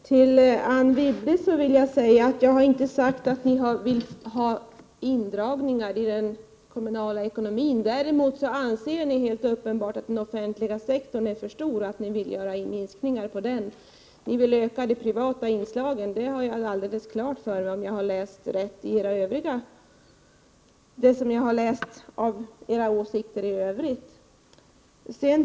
Herr talman! Till Anne Wibble vill jag säga att jag inte har påstått att ni vill göra indragningar i den kommunala ekonomin. Däremot anser ni helt uppenbart att den offentliga sektorn är för stor, och ni vill minska den. Ni vill öka de privata inslagen. Det har jag alldeles klart för mig efter att ha tagit del av era åsikter i övrigt.